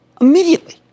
immediately